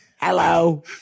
Hello